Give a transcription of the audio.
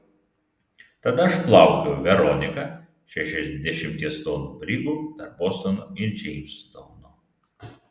tada aš plaukiojau veronika šešiasdešimties tonų brigu tarp bostono ir džeimstauno